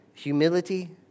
Humility